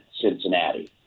Cincinnati